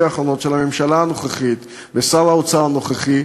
האחרונות של הממשלה הנוכחית ושר האוצר הנוכחי,